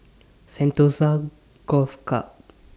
Sentosa Golf Club